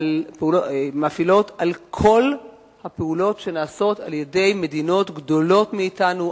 שמאפילות על כל הפעולות שנעשות על-ידי מדינות גדולות מאתנו,